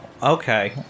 Okay